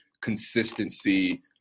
consistency